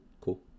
cool